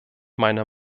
meiner